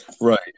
right